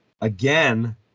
again